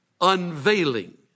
unveiling